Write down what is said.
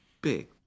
big